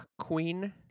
queen